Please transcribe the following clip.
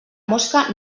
mosca